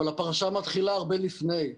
אבל הפרשה מתחילה הרבה לפני.